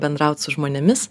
bendraut su žmonėmis